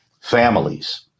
families